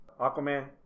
Aquaman